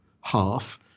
half